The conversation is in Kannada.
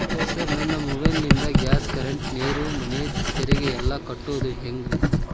ಸರ್ ನನ್ನ ಮೊಬೈಲ್ ನಿಂದ ಗ್ಯಾಸ್, ಕರೆಂಟ್, ನೇರು, ಮನೆ ತೆರಿಗೆ ಎಲ್ಲಾ ಕಟ್ಟೋದು ಹೆಂಗ್ರಿ?